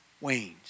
wanes